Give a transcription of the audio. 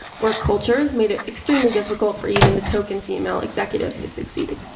where cultures made it extremely difficult for even the token female executive to succeed.